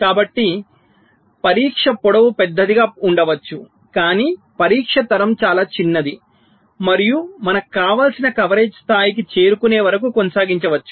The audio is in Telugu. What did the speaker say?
కాబట్టి పరీక్ష పొడవు పెద్దదిగా ఉండవచ్చు కానీ పరీక్ష తరం చాలా చిన్నది మరియు మనం కావలసిన కవరేజ్ స్థాయికి చేరుకునే వరకు కొనసాగించవచ్చు